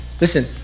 listen